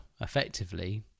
effectively